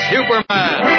Superman